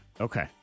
Okay